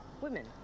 Women